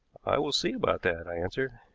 i will see about that, i answered.